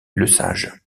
lesage